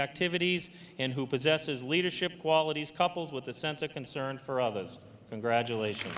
activities and who possesses leadership qualities couples with a sense of concern for others from graduation